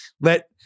Let